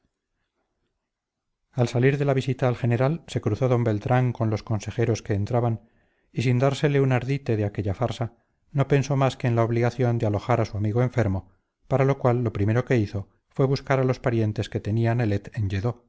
al salir de la visita al general se cruzó d beltrán con los consejeros que entraban y sin dársele un ardite de aquella farsa no pensó más que en la obligación de alojar a su amigo enfermo para lo cual lo primero que hizo fue buscar a los parientes que tenía nelet en lledó